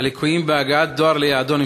הליקויים בהגעת דואר ליעדו נמשכים.